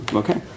okay